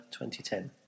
2010